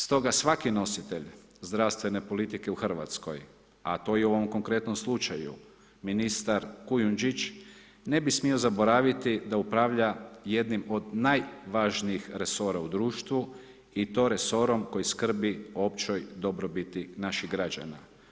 Stoga svaki nositelj zdravstvene politike u Hrvatskoj, a to je u ovom korektnom slučaju ministar Kujundžić, ne bi smio zaboraviti da upravlja jednim od najvažnijih resora u društvu i to resorom, koji skrbi o općoj dobrobiti naših građana.